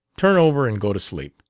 turn over and go to sleep.